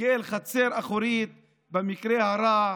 כאל חצר אחורית, ובמקרה הרע,